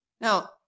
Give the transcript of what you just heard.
Now